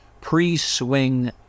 pre-swing